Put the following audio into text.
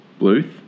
Bluth